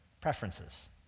Preferences